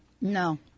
No